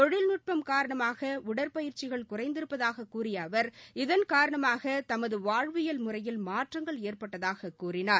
தொழில்நுட்பம் காரணமாக உடற்பயிற்சிகள் குறைந்திருப்பதாகக் கூறிய அவர் இதன் காரணமாக தமது வாழ்வியல் முறையில் மாற்றங்கள் ஏற்பட்டதாகக் கூறினார்